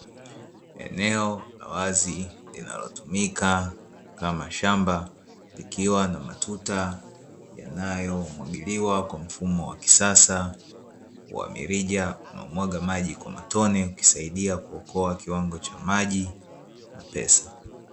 Eneo la wazi linalotumika kama shamba likiwa na matuta yanayomwagiliwa kwa mfumo wa kisasa wa mirija unao mwaga maji kwa matone ukisaidia kuokoa kiwango cha maji mepesi.